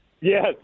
Yes